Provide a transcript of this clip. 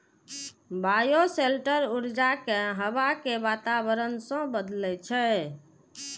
bioshelter ऊर्जा कें हवा के वातावरण सं बदलै छै